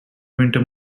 winter